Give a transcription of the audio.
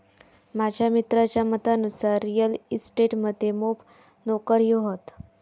माझ्या मित्राच्या मतानुसार रिअल इस्टेट मध्ये मोप नोकर्यो हत